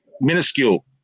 minuscule